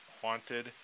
haunted